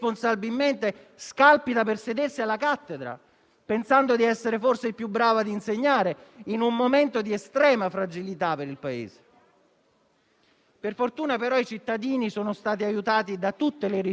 Per fortuna, però, i cittadini sono stati aiutati da tutte le risorse messe in campo dal Governo e dal presidente Conte, che ha sempre pensato anche a come sostenere le famiglie, le imprese e i lavoratori